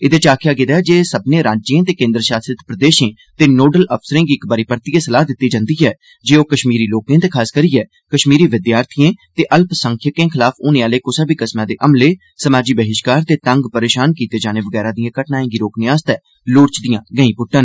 एहदे च आखेआ गेआ ऐ जे सब्भर्ने राज्य सरकारें ते केन्द्र शासित प्रदेशं ते नोडल अफसरें गी इक बारी परतियै सलाह दिती जंदी ऐ जे ओह् कष्मीर लोकेंए ते खासकरियै कश्मीरी विद्यार्थिएं ते अल्पसंख्यकें खलाफ होने आह्ले क्सा बी किस्मै दे हमलेए समाजी बहिष्कार ते तंग परेशान कीते जाने वगैरा दिएं घटनाएं गी रोकने लेई लोड़चदिआं गैईं पुट्टन